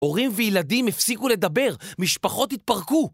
הורים וילדים הפסיקו לדבר, משפחות התפרקו!